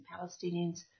Palestinians